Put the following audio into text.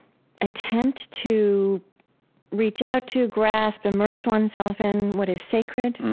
attempt to reach out to, grasp, immerse oneself in what is sacred,